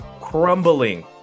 crumbling